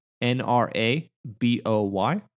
N-R-A-B-O-Y